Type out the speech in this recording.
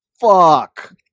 fuck